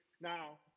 Now